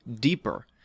deeper